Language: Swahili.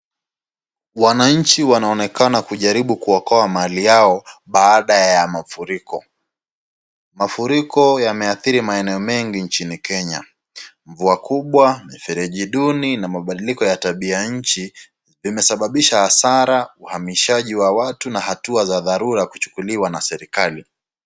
Wananchi wanaonekana kujaribu kuokoa mali yao baada ya mafuriko. Mafuriko yameathiri maeneo mengi nchini Kenya. Mvua kubwa, mifereji duni na mabadiliko ya nchi imesababisha hasara, uamishaji wa watu na hatua za dharura kuchukuliwa na serikali.